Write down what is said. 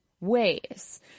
ways